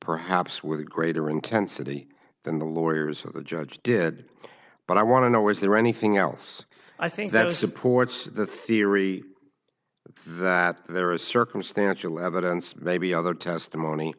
perhaps with greater intensity than the lawyers or the judge did but i want to know is there anything else i think that supports the theory that there is circumstantial evidence maybe other testimony